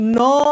no